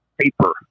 paper